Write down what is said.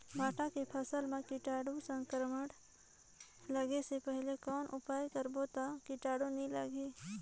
भांटा के फसल मां कीटाणु संक्रमण लगे से पहले कौन उपाय करबो ता कीटाणु नी लगही?